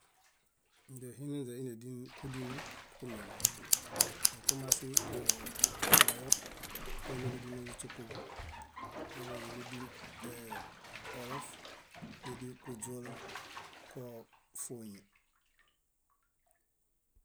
Ínźe hinuinźe ínedin kúdinu kumieŋe. Zikomasi koo bayot koiniġudinu kúśukuġo, eḃaane nédin ee- olof, nédin kúźoola koo fóoñe.